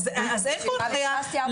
אז אין פה הנחייה,